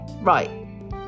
Right